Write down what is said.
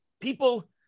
people